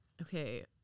Okay